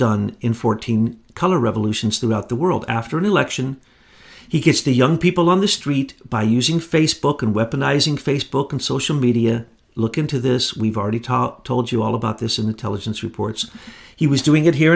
done in fourteen color revolutions throughout the world after an election he gets the young people on the street by using facebook and weaponize ing facebook and social media look into this we've already talked told you all about this intelligence reports he was doing it here